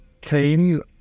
came